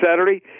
Saturday